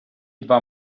два